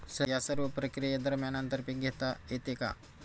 या सर्व प्रक्रिये दरम्यान आंतर पीक घेता येते का?